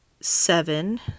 seven